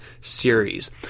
series